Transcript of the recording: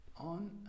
on